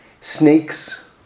Snakes